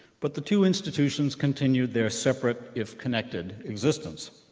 but the two institutions continued their separate, if connected, existence.